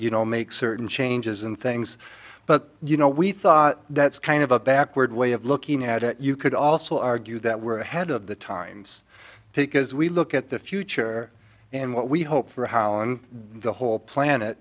you know make certain changes and things but you know we thought that's kind of a backward way of looking at it you could also argue that we're ahead of the times because we look at the future and what we hope for how on the whole planet